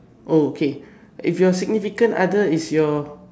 oh k if your significant other is your